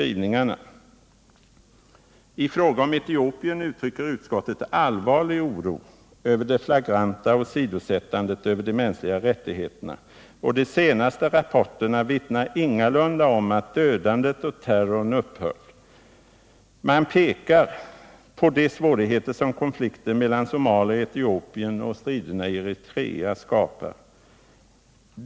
I fråga om Etiopien uttrycker utskottet allvarlig oro över det flagranta åsidosättandet av de mänskliga rättigheterna — och de senaste rapporterna vittnar ingalunda om att dödandet och terrorn upphört. Man pekar på de svårigheter som konflikten mellan Somalia och Etiopien samt striderna i Eritrea skapar.